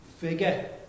figure